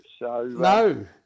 No